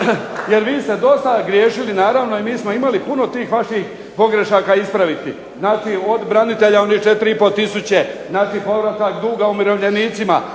Jer vi ste do sada griješili naravno i mi smo imali puno tih vaših pogrešaka ispraviti. Znači od branitelja od onih 4,5 tisuće, znači povratak duga umirovljenicima,